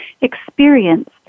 experienced